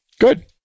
Good